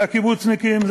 זה הקיבוצניקים,